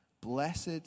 Blessed